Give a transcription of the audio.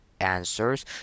Answers